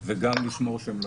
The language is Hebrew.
וגם לשמור שהם לא